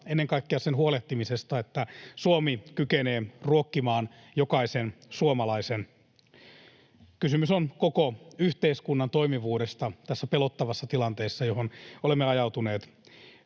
ennen kaikkea sen huolehtimisesta, että Suomi kykenee ruokkimaan jokaisen suomalaisen. Kysymys on koko yhteiskunnan toimivuudesta tässä pelottavassa tilanteessa, johon olemme ajautuneet.